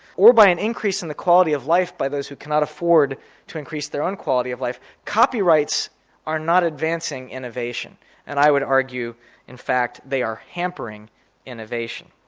or by an increase in the quality of life by those who cannot afford to increase their own quality of life, copyrights are not advancing innovation and i would argue in fact they are hampering innovation.